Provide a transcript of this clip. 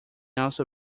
also